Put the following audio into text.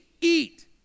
eat